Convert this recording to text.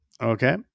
Okay